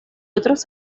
otras